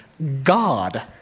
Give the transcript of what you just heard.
God